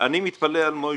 אני מתפלא על משה.